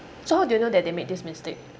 so how do you know that they made this mistake